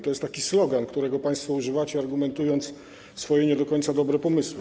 To jest taki slogan, którego państwo używacie, argumentując swoje nie do końca dobre pomysły.